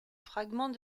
fragments